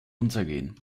untergehen